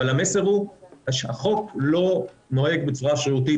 אבל המסר הוא שהחוק לא נוהג בצורה שרירותית,